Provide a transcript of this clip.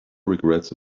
regrets